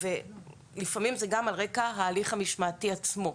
ולפעמים זה גם הרקע ההליך המשמעתי עצמו.